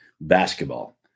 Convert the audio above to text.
basketball